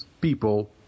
people